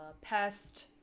pest